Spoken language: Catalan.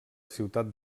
ciutat